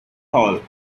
hall